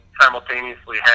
simultaneously